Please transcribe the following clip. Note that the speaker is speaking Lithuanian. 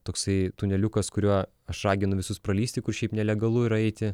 toksai tuneliukas kuriuo aš raginu visus pralįsti kur šiaip nelegalu yra eiti